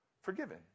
forgiven